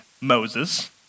Moses